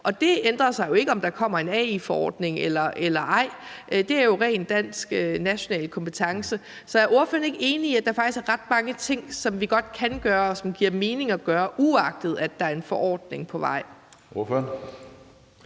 Det ændrer sig jo ikke, i forhold til om der kommer en AI-forordning eller ej. Det er jo en ren dansk national kompetence. Så er ordføreren ikke enig i, at der faktisk er ret mange ting, som vi godt kan gøre, og som giver mening at gøre, uagtet at der er en forordning på vej?